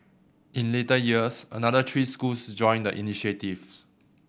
in later years another three schools joined the initiative